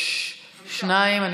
שניים,